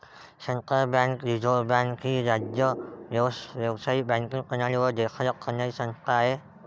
central bank reserve bank ही राज्य व्यावसायिक बँकिंग प्रणालीवर देखरेख करणारी संस्था आहे